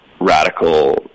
radical